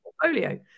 portfolio